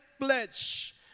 pledge